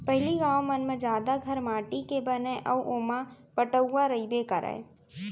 पहिली गॉंव मन म जादा घर माटी के बनय अउ ओमा पटउहॉं रइबे करय